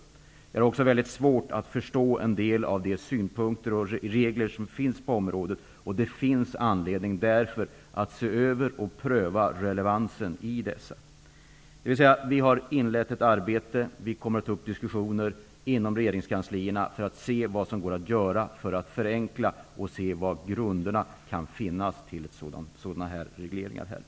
Jag är själv, tillsammans med mina barn, en stor konsument. Jag har också svårt att förstå en del av de regler som finns på området. Det finns därför anledning att se över och pröva relevansen av dessa. Vi har alltså inlett ett arbete. Vi kommer att ta upp diskussioner inom regeringskanslierna för att undersöka vilka grunder som finns för regleringarna och för att se vad som kan göras för att förenkla dessa.